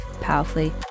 powerfully